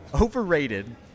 overrated